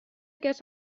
guess